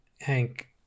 Hank